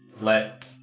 let